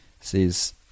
Says